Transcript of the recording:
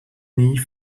nie